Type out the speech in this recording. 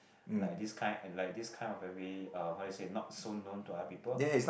like this kind and like this kind of very uh how we say not so known to other people